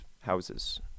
houses